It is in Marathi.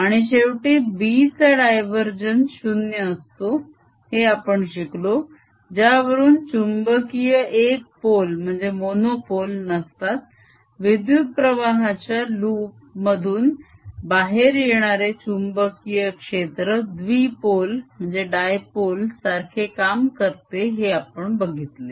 आणि शेवटी B चा डायवरजेन्स 0 असतो हे आपण शिकलो ज्यावरून चुंबकीय एक पोल नसतात विद्युत प्रवाहाच्या लूप मधून बाहेर येणारे चुंबकीय क्षेत्र द्विपोल सारखे काम करते हे आपण बघितले